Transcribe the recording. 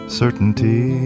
certainty